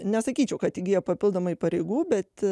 nesakyčiau kad įgijo papildomai pareigų bet